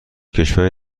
کشوری